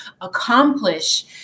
accomplish